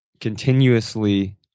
continuously